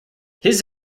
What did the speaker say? his